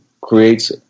creates